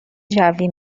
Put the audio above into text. جوی